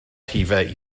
rhifau